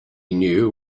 knew